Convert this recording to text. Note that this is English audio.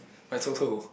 but it's also